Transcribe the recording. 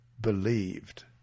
believed